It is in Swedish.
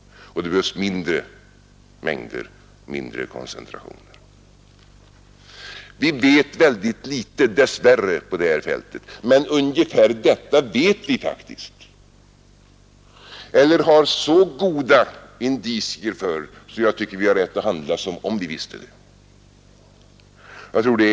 Och det behövs mindre mängder, mindre koncentrationer. Vi vet dess värre väldigt litet på det här fältet, men ungefär detta vet vi faktiskt eller har så goda indicier för att jag tycker vi har rätt att handla som om vi visste det.